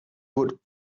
would